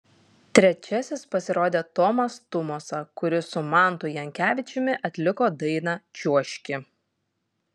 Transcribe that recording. trečiasis pasirodė tomas tumosa kuris su mantu jankavičiumi atliko dainą čiuožki